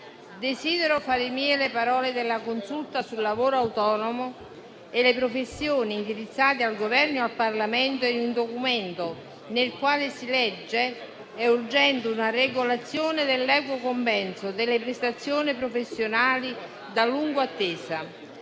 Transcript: Desidero fare mie le parole della Consulta sul lavoro autonomo e le professioni, indirizzate al Governo e al Parlamento in un documento nel quale si legge: «È urgente una regolazione dell'equo compenso delle prestazioni professionali, da lungo attesa.